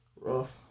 Rough